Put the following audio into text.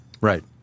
Right